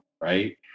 Right